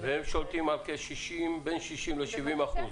--- והם שולטים על בין 60% ל-70%.